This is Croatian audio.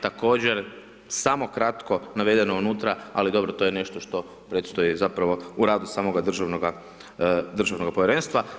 Također, samo kratko navedeno unutra, ali dobro to je nešto što predstoji, zapravo, u radu samoga državnoga Povjerenstva.